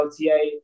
LTA